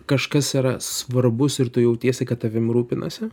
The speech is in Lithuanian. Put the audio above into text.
kažkas yra svarbus ir tu jautiesi kad tavim rūpinasi